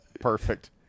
perfect